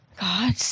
God